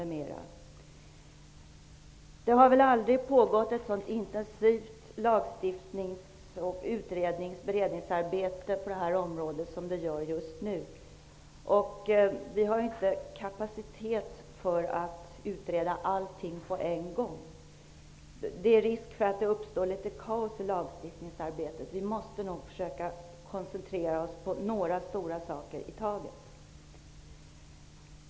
Det har aldrig pågått ett så intensivt lagstiftningsoch beredningsarbete på detta område som det gör just nu. Det finns inte kapacitet att utreda allting på en gång. Det finns risk för att det uppstår litet kaos i lagstiftningsarbetet. Vi måste nog försöka att koncentrera oss på några stora frågor i taget.